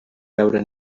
veure